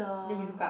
then he look up